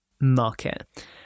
market